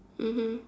mmhmm